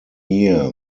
year